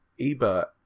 ebert